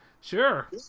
sure